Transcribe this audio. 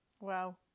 Wow